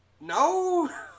no